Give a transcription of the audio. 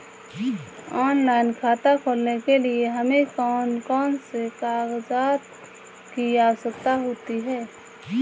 Online खाता खोलने के लिए हमें कौन कौन से कागजात की आवश्यकता होती है?